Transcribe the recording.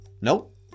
Nope